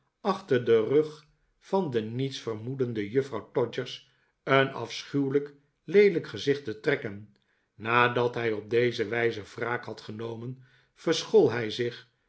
achter den rug van de niets vermoedende juffrouw todgers een afschuwelijk leelijk gezicht te trekken nadat hij op deze wijze wraak had genomen verschool hij zich